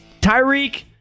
Tyreek